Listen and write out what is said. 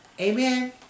Amen